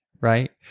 right